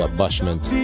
Abashment